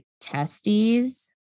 testes